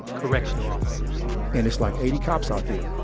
correctional officers and it's like eighty cops out there.